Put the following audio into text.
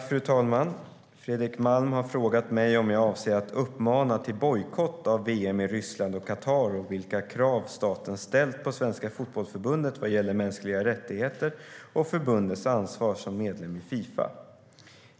Fru talman! Fredrik Malm har frågat mig om jag avser att uppmana till bojkott av VM i Ryssland och Qatar och vilka krav staten ställt på Svenska Fotbollförbundet vad gäller mänskliga rättigheter och förbundets ansvar som medlem i Fifa.